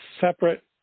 separate